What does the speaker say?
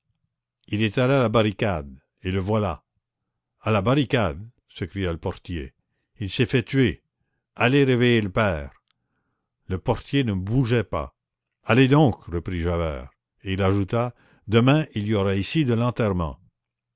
il est allé à la barricade et le voilà à la barricade s'écria le portier il s'est fait tuer allez réveiller le père le portier ne bougeait pas allez donc reprit javert et il ajouta demain il y aura ici de l'enterrement